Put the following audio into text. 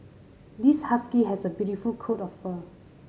this husky has a beautiful coat of fur